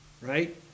right